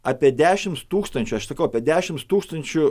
apie dešimts tūkstančių aš sakau apie dešimts tūkstančių